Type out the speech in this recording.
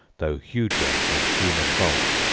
though huger than human bulk.